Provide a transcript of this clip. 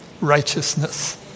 Righteousness